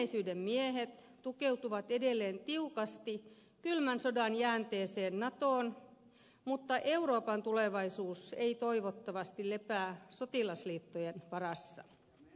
menneisyyden miehet tukeutuvat edelleen tiukasti kylmän sodan jäänteeseen natoon mutta euroopan tulevaisuus ei toivottavasti lepää sotilasliittojen varassa